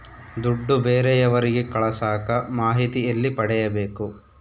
ದುಡ್ಡು ಬೇರೆಯವರಿಗೆ ಕಳಸಾಕ ಮಾಹಿತಿ ಎಲ್ಲಿ ಪಡೆಯಬೇಕು?